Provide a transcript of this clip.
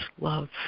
love